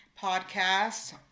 podcast